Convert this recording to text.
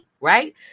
Right